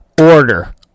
order